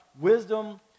wisdom